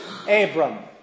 Abram